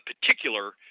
particular